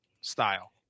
style